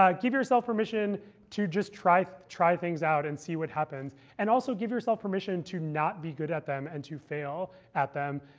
um give yourself permission to just try try things out, and see what happens. happens. and also, give yourself permission to not be good at them and to fail at them,